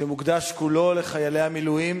שמוקדש כולו לחיילי המילואים,